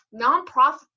Nonprofit